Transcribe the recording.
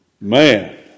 man